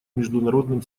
международным